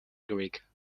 greek